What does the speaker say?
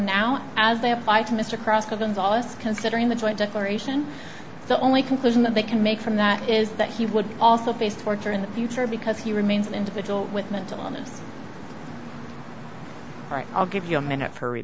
solace considering the joint declaration the only conclusion that they can make from that is that he would also face torture in the future because he remains an individual with mental illness right i'll give you a minute f